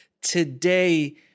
today